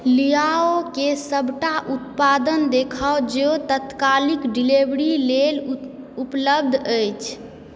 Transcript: लियाओ के सबटा उत्पाद देखाउ जे तत्काल डिलीवरी क लेल उपलब्ध अछि